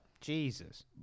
Jesus